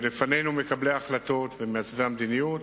בפנינו, מקבלי ההחלטות ומעצבי המדיניות,